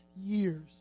years